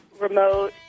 remote